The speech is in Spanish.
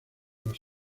los